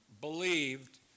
believed